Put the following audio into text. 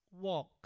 walk